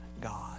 God